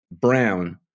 Brown